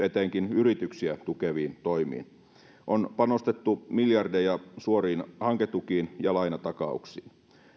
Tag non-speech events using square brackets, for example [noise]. [unintelligible] etenkin yrityksiä tukeviin toimiin on panostettu miljardeja suoriin hanketukiin ja lainatakauksiin